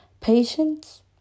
Patience